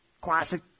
Classic